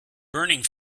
burning